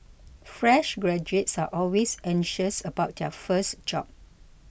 fresh graduates are always anxious about their first job